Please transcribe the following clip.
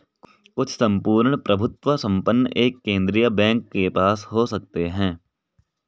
कुछ सम्पूर्ण प्रभुत्व संपन्न एक केंद्रीय बैंक के पास हो सकते हैं